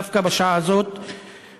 דווקא בשעה הזאת,